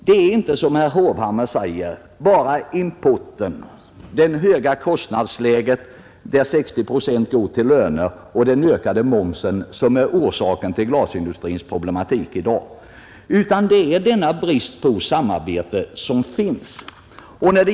Det är inte, som herr Hovhammar säger, bara importen, det höga kostnadsläget, där 60 procent går till löner, och den ökade momsen som är orsaken till glasindustrins problem i dag, utan det är denna brist på samarbete.